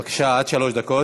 בבקשה, עד שלוש דקות.